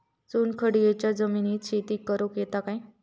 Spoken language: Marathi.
चुनखडीयेच्या जमिनीत शेती करुक येता काय?